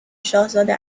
شاهزاده